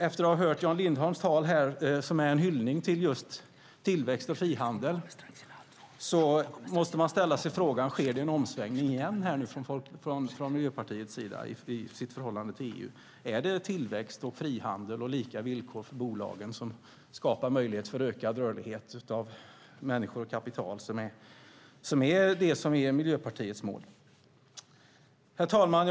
Efter att ha hört Jan Lindholms anförande, som är en hyllning till just tillväxt och frihandel, måste man ställa sig frågan: Sker det en omsvängning igen från Miljöpartiets sida i förhållandet till EU? Är det tillväxt, frihandel och lika villkor för bolagen som skapar möjlighet för ökad rörlighet för människor och kapital som är det som är Miljöpartiets mål? Herr talman!